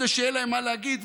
כדי שיהיה להם מה להגיד.